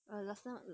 like just now